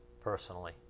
personally